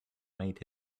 made